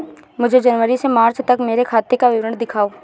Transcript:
मुझे जनवरी से मार्च तक मेरे खाते का विवरण दिखाओ?